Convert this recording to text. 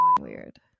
Weird